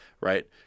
Right